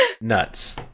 Nuts